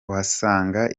wasangaga